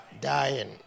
dying